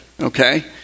okay